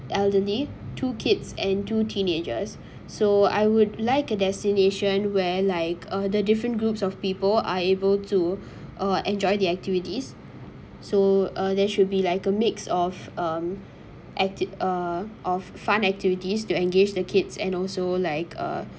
elderly two kids and two teenagers so I would like a destination where like uh the different groups of people are able to uh enjoy the activities so uh there should be like a mix of um act~ uh of fun activities to engage the kids and also like uh